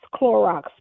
Clorox